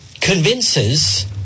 convinces